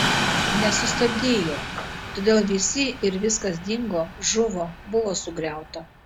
nesustabdei jo todėl visi ir viskas dingo žuvo buvo sugriauta